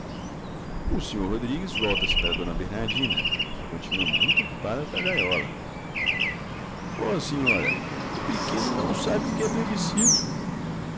o senhor rodrigues volta-se para dona bernardina que continua muito ocupada com a gaiola ó senhora o pequeno não sabe o que é plebiscito